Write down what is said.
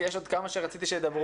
כי יש עוד כמה שרציתי שידברו,